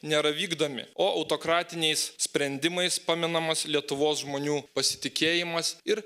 nėra vykdomi o autokratiniais sprendimais paminamas lietuvos žmonių pasitikėjimas ir